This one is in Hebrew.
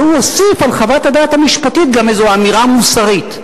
והוא הוסיף על חוות הדעת המשפטית גם איזה אמירה מוסרית.